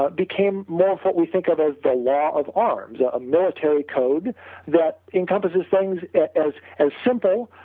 but became more of what we think of as the law of arms, a military code that encompasses things as as simple,